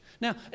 Now